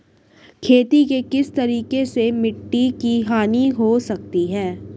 खेती के किस तरीके से मिट्टी की हानि हो सकती है?